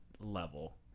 level